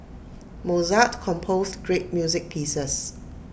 Mozart composed great music pieces